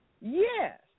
Yes